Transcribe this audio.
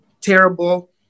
terrible